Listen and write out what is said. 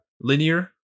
linear